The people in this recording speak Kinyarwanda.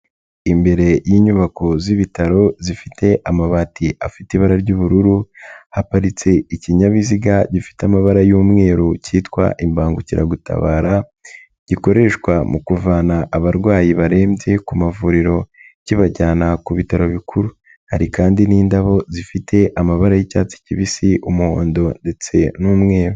Imbere y'inyubako z'ibitaro zifite amabati afite ibara ry'ubururu, haparitse ikinyabiziga gifite amabara y'umweru cyitwa imbangukiragutabara, gikoreshwa mu kuvana abarwayi barembye ku mavuriro kibajyana ku bitaro bikuru. Hari kandi n'indabo zifite amabara y'icyatsi kibisi, umuhondo ndetse n'umweru.